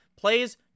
plays